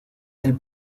del